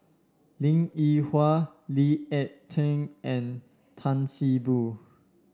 Linn In Hua Lee Ek Tieng and Tan See Boo